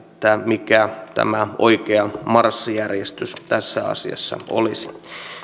mikä tämä oikea marssijärjestys tässä asiassa